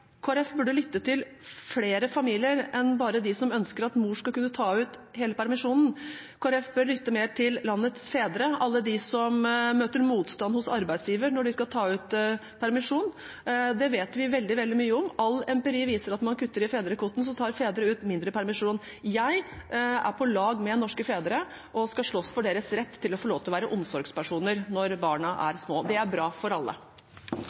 mor skal kunne ta ut hele permisjonen. Kristelig Folkeparti bør lytte mer til landets fedre, alle dem som møter motstand hos arbeidsgiveren når de skal ta ut permisjon. Det vet vi veldig mye om, all empiri viser at når man kutter i fedrekvoten, tar fedre ut mindre permisjon. Jeg er på lag med norske fedre og skal slåss for deres rett til å få lov til å være omsorgspersoner når barna er små. Det er bra for alle.